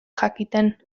jakiten